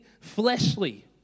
fleshly